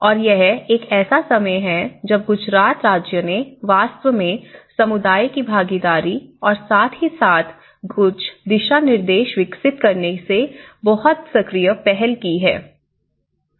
और यह एक ऐसा समय है जब गुजरात राज्य ने वास्तव में समुदाय की भागीदारी और साथ ही साथ कुछ दिशानिर्देश विकसित करने की बहुत सक्रिय पहल की है